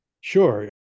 Sure